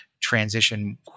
transition